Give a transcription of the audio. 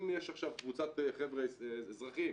אם יש עכשיו קבוצת חבר'ה אזרחים